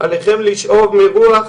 עליכם לשאוב מרוח